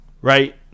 right